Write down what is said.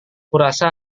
kurasa